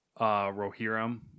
Rohirrim